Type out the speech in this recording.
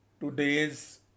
today's